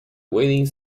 waiting